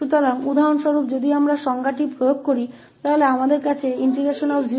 इसलिए उदाहरण के लिए यदि हम परिभाषा को लागू करते हैं तो हमारे पास 0e stuxtdt है